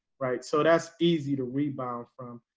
right? so that's easy to rebound from.